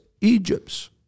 Egypt's